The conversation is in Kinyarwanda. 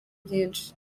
byinshi